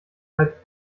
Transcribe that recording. halb